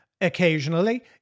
occasionally